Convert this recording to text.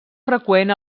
freqüent